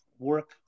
work